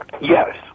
Yes